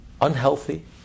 unhealthy